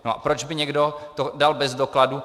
A proč by to někdo dal bez dokladu?